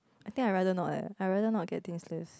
I think I rather not eh I rather not getting dean's list